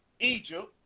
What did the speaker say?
Egypt